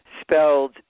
spelled